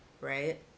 right